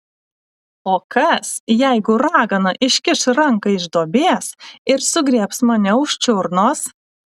o kas jeigu ragana iškiš ranką iš duobės ir sugriebs mane už čiurnos